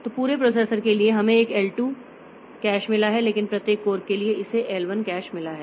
तो पूरे प्रोसेसर के लिए हमें एक एल 2 कैश मिला है लेकिन प्रत्येक कोर के लिए इसे एल 1 कैश मिला है